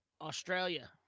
Australia